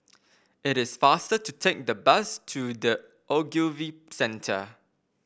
it is faster to take the bus to The Ogilvy Centre